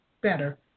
better